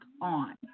on